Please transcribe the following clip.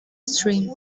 stream